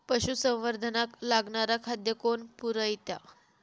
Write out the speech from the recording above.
पशुसंवर्धनाक लागणारा खादय कोण पुरयता?